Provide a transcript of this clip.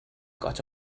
got